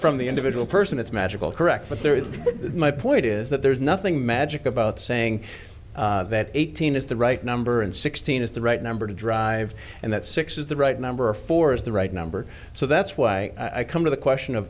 from the individual person it's magical correct but there is my point is that there's nothing magic about saying that eighteen is the right number and sixteen is the right number to drive and that six is the right number four is the right number so that's why i come to the question of